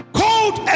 cold